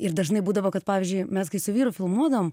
ir dažnai būdavo kad pavyzdžiui mes kai su vyru filmuodavom